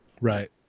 Right